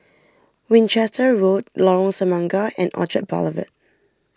Winchester Road Lorong Semangka and Orchard Boulevard